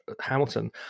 Hamilton